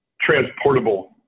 transportable